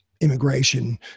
immigration